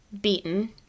beaten